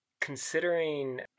considering